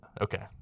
Okay